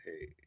hey